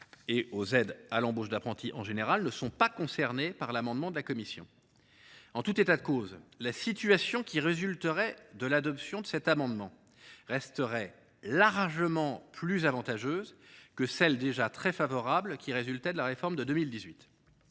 et aux aides à l’embauche d’apprentis en général ne sont pas concernés par l’amendement de la commission. En tout état de cause, la situation qui résulterait de l’adoption de cet amendement resterait largement plus avantageuse que celle, déjà très favorable, qui découlait de la réforme de 2018.